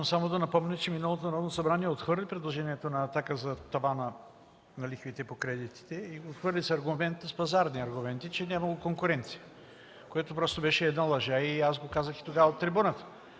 миналото Народно събрание отхвърли предложението на „Атака” за тавана на лихвите по кредитите и го отхвърли с пазарни аргументи, че нямало конкуренция, което просто беше една лъжа. Аз го казах тогава от трибуната.